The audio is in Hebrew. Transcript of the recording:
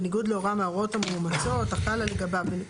בניגוד להוראה מההוראות המומלצות החלה לגביו,